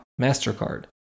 Mastercard